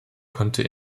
konnte